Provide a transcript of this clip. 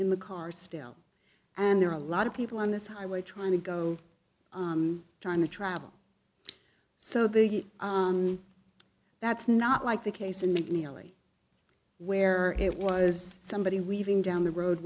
in the car still and there are a lot of people on this highway trying to go trying to travel so they get on that's not like the case in mcneely where it was somebody weaving down the road